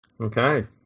Okay